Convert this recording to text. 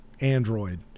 Android